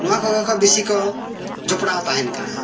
ᱱᱚᱶᱟ ᱠᱚᱜᱮ ᱠᱚ ᱵᱤᱥᱤ ᱠᱚ ᱡᱚᱯᱲᱟᱣ ᱛᱟᱸᱦᱮᱱ ᱠᱟᱱᱟ